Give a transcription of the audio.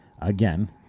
again